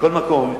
מכל מקום,